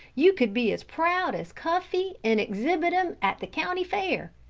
you could be as proud as cuffy an' exhibit em at the county fair!